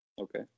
Okay